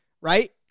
right